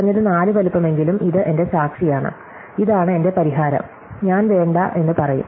കുറഞ്ഞത് 4 വലുപ്പമെങ്കിലും ഇത് എന്റെ സാക്ഷിയാണ് ഇതാണ് എന്റെ പരിഹാരം ഞാൻ വേണ്ട എന്ന് പറയും